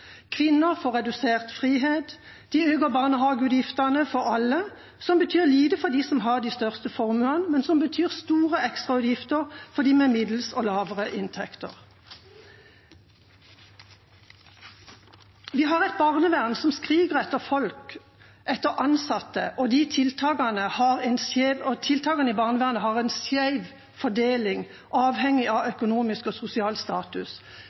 Kvinner får redusert frihet. De øker barnehageutgiftene for alle, noe som betyr lite for dem som har de største formuene, men som betyr store ekstrautgifter for dem med middels og lavere inntekt. Vi har et barnevern som skriker etter folk, etter ansatte, og tiltakene i barnevernet har en skjev fordeling, avhengig av økonomisk og sosial status.